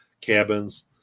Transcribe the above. Cabins